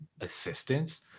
assistance